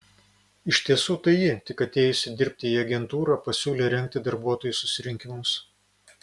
iš tiesų tai ji tik atėjusi dirbti į agentūrą pasiūlė rengti darbuotojų susirinkimus